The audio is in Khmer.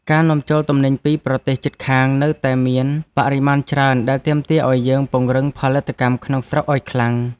ការនាំចូលទំនិញពីប្រទេសជិតខាងនៅតែមានបរិមាណច្រើនដែលទាមទារឱ្យយើងពង្រឹងផលិតកម្មក្នុងស្រុកឱ្យខ្លាំង។